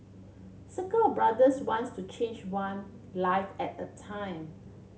circle of brothers wants to change one life at a time